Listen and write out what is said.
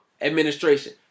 administration